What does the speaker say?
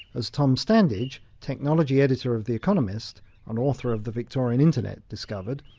as tom standage, technology editor of the economist and author of the victorian internet discovered,